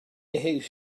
his